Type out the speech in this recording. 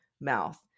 mouth